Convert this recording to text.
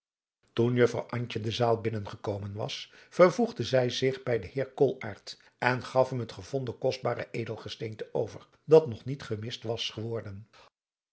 toen juffrouw antje de zaal binnen gekomen was vervoegde zij zich bij den heer koolaart en gaf hem het gevonden kostbare edelgesteente over dat nog niet gemist was geworden